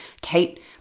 Kate –